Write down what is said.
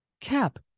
Cap